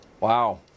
Wow